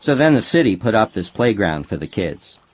so then the city put up this playground for the kids.